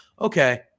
okay